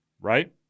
right